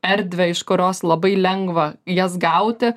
erdvę iš kurios labai lengva jas gauti